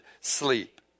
sleep